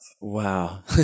Wow